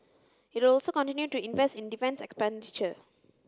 it will also continue to invest in defence expenditure